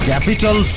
Capital